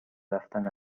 رفتن